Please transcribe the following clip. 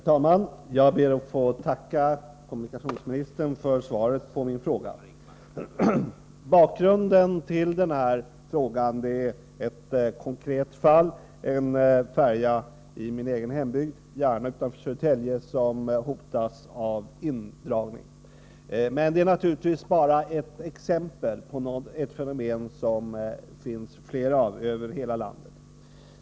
Herr talman! Jag ber att få tacka kommunikationsministern för svaret på min fråga. Bakgrunden till frågan är ett konkret fall. En färja i min hembygd, Järna utanför Södertälje, hotas av indragning. Men det är naturligtvis bara ett exempel på ett fenomen som förekommer över hela landet.